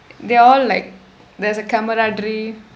they are all like there's a camaraderie